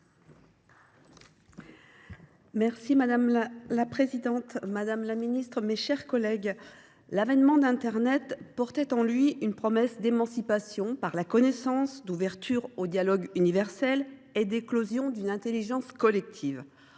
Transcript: Madame la présidente, madame la ministre, mes chers collègues, l’avènement d’internet portait en lui une promesse d’émancipation par la connaissance, d’ouverture au dialogue universel et d’éclosion d’une intelligence collective.